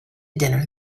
dinner